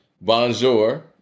Bonjour